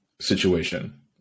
situation